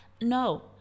No